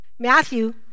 Matthew